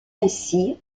ainsi